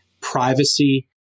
privacy